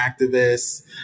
activists